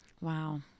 Wow